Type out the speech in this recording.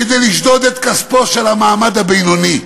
כדי לשדוד את כספו של המעמד הבינוני.